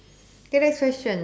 okay next question